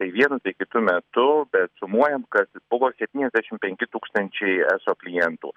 tai vienu tai kitu metu bet sumuojant kad buvo septyniasdešimt penki tūkstančiai eso klientų